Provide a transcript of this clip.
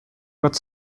gott